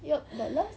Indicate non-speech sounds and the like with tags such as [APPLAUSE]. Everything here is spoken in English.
[LAUGHS]